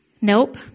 Nope